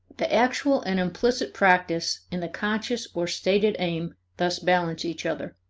the actual and implicit practice and the conscious or stated aim thus balance each other.